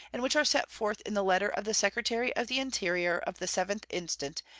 and which are set forth in the letter of the secretary of the interior of the seventh instant,